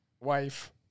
wife